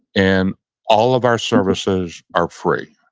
and all of our services are free.